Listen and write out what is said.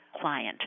client